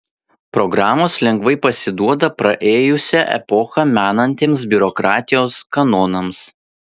programos lengvai pasiduoda praėjusią epochą menantiems biurokratijos kanonams